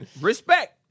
Respect